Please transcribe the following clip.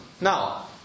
Now